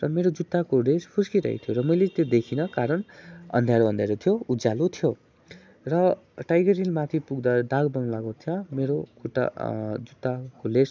र मेरो जुत्ताको लेस फुस्किरहेको थियो र मैले त्यो देखिनँ कारण अँध्यारो अँध्यारो थियो उज्यालो थियो र टाइगर हिलमाथि पुग्दा डाग बङ्गलाको त्यहाँ मेरो खुट्टा जुत्ताको लेस